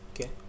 Okay